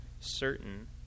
certain